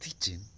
teaching